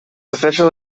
official